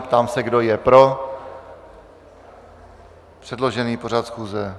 Ptám se, kdo je pro předložený pořad schůze.